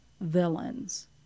villains